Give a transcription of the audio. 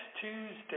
Tuesday